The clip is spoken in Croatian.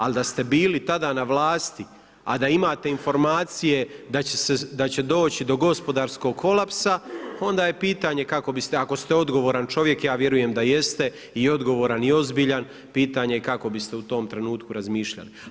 Ali, da ste bili tada na vlasti a da imate informacije, da će doći do gospodarskog kolapsa, onda je pitanje kako biste, ako ste odgovaran čovjek, ja vjerujem da jeste i odgovoran i ozbiljan, pitanje je kako biste u tom trenutku razmišljali.